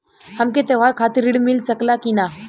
हमके त्योहार खातिर त्रण मिल सकला कि ना?